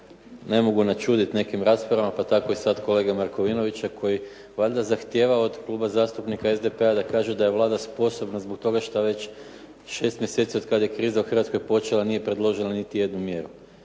ne mogu načuditi nekim raspravama pa tako i sad kolege Markovinovića koji valjda zahtijeva od Kluba zastupnika SDP-a da kažu da je Vlada sposobna zbog toga što već šest mjeseci od kad je kriza u Hrvatskoj počela nije predložila niti jednu mjeru.